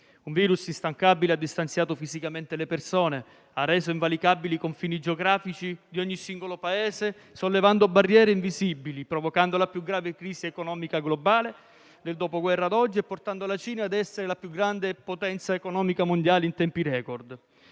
un virus instancabile ha distanziato fisicamente le persone e reso invalicabili i confini geografici di ogni singolo Paese, sollevando barriere invisibili; ha provocato la più grave crisi economica globale dal Dopoguerra ad oggi e portato la Cina a essere la più grande potenza economica mondiale in tempi *record*.